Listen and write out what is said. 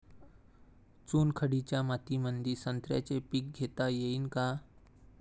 चुनखडीच्या मातीमंदी संत्र्याचे पीक घेता येईन का?